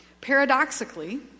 Paradoxically